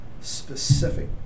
specific